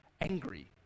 angry